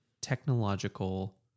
technological